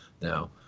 now